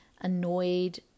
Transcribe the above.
annoyed